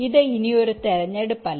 ഇത് ഇനി ഒരു തിരഞ്ഞെടുപ്പല്ല